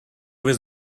was